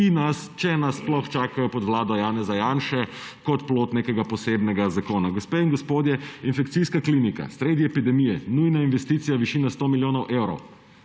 ki nas, če nas sploh, čakajo pod vlado Janeza Janše kot plod nekega posebnega zakona. Gospe in gospodje, infekcijska klinika sredi epidemije, nujna investicija, višina 100 milijonov evrov.